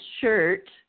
shirt